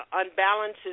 unbalances